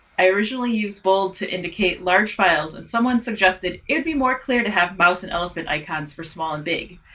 i originally used bold to indicate large files, and someone suggested it be more clear to have mouse and elephant icons for small and big.